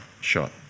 shot